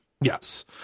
Yes